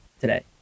today